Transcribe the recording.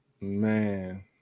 man